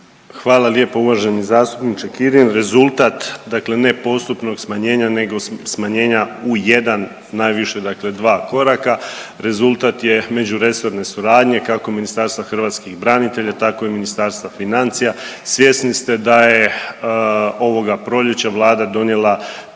Hvala lijepo uvaženi zastupniče Kirin, rezultat dakle nepostupnog smanjenja nego smanjenja u jedan, najviše dakle dva koraka rezultat je međuresorne suradnje kako Ministarstva hrvatskih branitelja tako i Ministarstva financija. Svjesni ste da je ovoga proljeća Vlada donijela